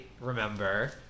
remember